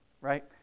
right